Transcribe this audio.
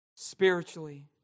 Spiritually